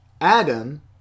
Adam